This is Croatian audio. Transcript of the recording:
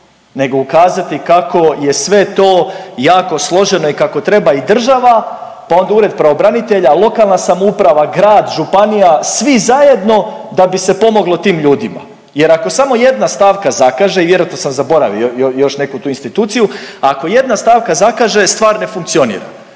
nego ukazati kako je sve to jako složeno i kako treba i država, pa onda Ured pravobranitelja, lokalna samouprava, grad, županija, svi zajedno da bi se pomoglo tim ljudima. Jer ako samo jedna stavka zakaže, vjerojatno sam zaboravio još neku tu instituciju, ako jedna stavka zakaže stvar ne funkcionira.